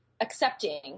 accepting